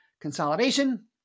consolidation